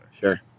Sure